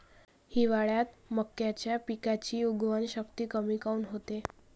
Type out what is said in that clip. हिवाळ्यात मक्याच्या पिकाची उगवन शक्ती कमी काऊन होते?